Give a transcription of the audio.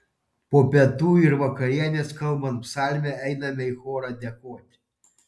po pietų ir vakarienės kalbant psalmę einama į chorą dėkoti